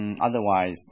Otherwise